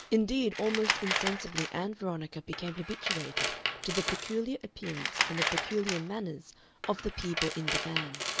indeed, almost insensibly ann veronica became habituated to the peculiar appearance and the peculiar manners of the people in the van.